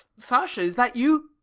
sasha, is that you?